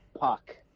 Puck